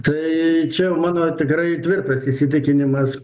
tai čia mano tikrai tvirtas įsitikinimas